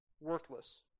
worthless